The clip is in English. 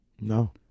No